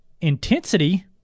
Intensity